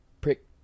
prick